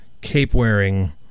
cape-wearing